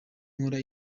nkora